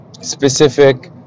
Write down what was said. specific